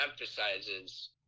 emphasizes